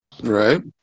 right